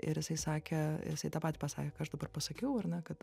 ir jisai sakė jisai tą patį pasakė ką aš dabar pasakiau ar ne kad